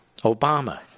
Obama